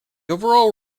overall